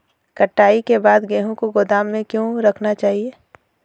कटाई के बाद गेहूँ को गोदाम में क्यो रखना चाहिए?